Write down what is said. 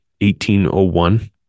1801